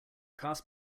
cast